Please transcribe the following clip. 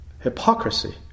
hypocrisy